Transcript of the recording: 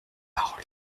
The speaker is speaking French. parole